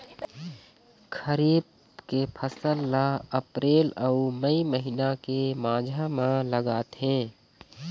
खरीफ के फसल ला अप्रैल अऊ मई महीना के माझा म लगाथे